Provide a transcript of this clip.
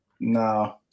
no